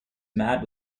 mad